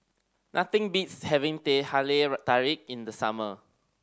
nothing beats having Teh Halia Tarik in the summer